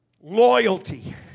loyalty